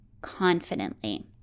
confidently